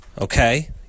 okay